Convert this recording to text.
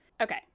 Okay